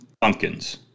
pumpkins